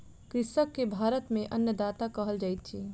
कृषक के भारत में अन्नदाता कहल जाइत अछि